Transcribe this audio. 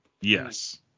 Yes